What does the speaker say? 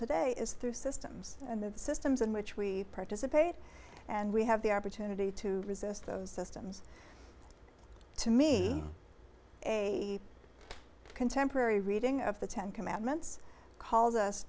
today is through systems and the systems in which we participate and we have the opportunity to resist those systems to me the contemporary reading of the ten commandments calls us